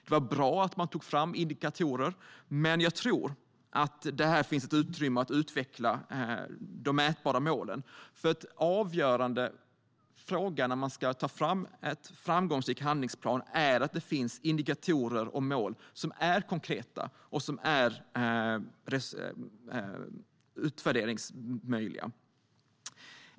Det var bra att man tog fram indikatorer, men jag tror att det finns utrymme att utveckla de mätbara målen. En avgörande fråga när man ska ta fram en framgångsrik handlingsplan är att det finns indikatorer och mål som är konkreta och möjliga att utvärdera.